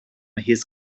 his